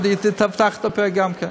היא תפתח את הפה גם כן.